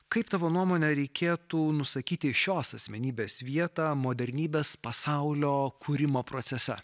kaip tavo nuomone reikėtų nusakyti šios asmenybės vietą modernybės pasaulio kūrimo procese